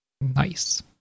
Nice